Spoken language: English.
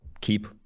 keep –